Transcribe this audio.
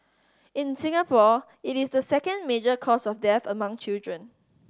in Singapore it is the second major cause of death among children